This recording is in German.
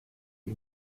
und